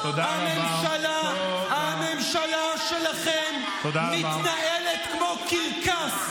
הממשלה שלכם מתנהלת כמו קרקס,